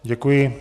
Děkuji.